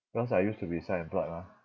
because I used to be self-employed mah